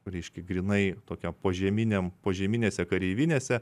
reiškia grynai tokiam požeminiam požeminėse kareivinėse